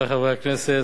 חברי חברי הכנסת,